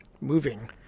moving